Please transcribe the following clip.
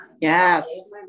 yes